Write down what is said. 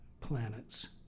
planets